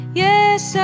yes